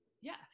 yes